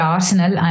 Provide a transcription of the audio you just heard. Arsenal